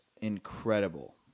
incredible